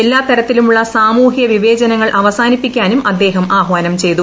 എല്ലാത്ത രത്തിലുമുള്ള സാമൂഹൃ വിവേചനങ്ങൾ അവസാനിപ്പിക്കാനും അദ്ദേഹം ആഹ്വാനം ചെയ്തു